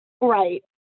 Right